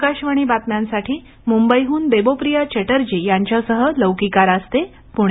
आकाशवाणी बातम्यांसाठी मुंबईहून देबोप्रिया चटर्जी यांच्यासह लौकीका रास्ते पुणे